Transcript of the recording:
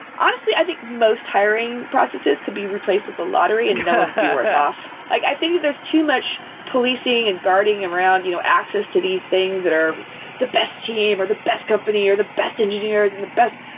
honestly, i think most hiring processes can be replaced with the lottery and off. i think there's too much policing and guarding around you know access to these things that are the best team, or the best company, or the best engineers and the best.